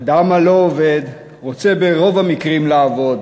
האדם הלא-עובד רוצה ברוב המקרים לעבוד.